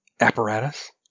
apparatus